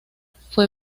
fue